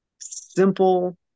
simple